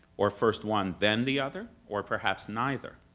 or first one then the other, or perhaps neither.